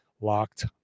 locked